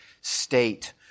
state